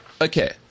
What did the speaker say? okay